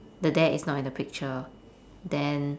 the dad is not in the picture then